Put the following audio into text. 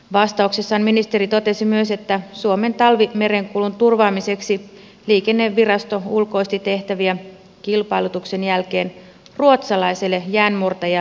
vastauksessaan ministeri totesi myös että suomen talvimerenkulun turvaamiseksi liikennevirasto ulkoisti tehtäviä kilpailutuksen jälkeen ruotsalaiselle jäänmurtaja frejlle